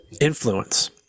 influence